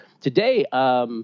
today